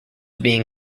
being